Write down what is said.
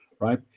right